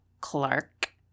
Clark